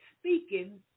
speaking